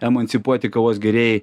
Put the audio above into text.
emancipuoti kavos gėrėjai